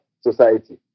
society